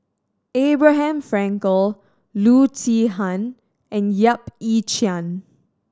Abraham Frankel Loo Zihan and Yap Ee Chian